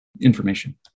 information